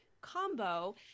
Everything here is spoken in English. combo